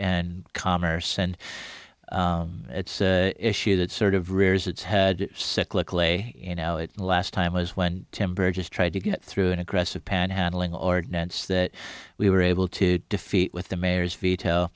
and commerce and it's issue that sort of rears its head cyclical a you know it last time was when tim burgess tried to get through an aggressive panhandling ordinance that we were able to defeat with the mayor's veto